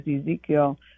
Ezekiel